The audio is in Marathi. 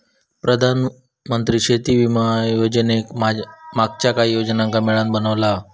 प्रधानमंत्री शेती विमा योजनेक मागच्या काहि योजनांका मिळान बनवला हा